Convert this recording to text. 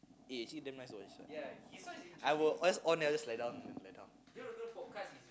eh actually damn nice this one I will just on then I just lie down lie down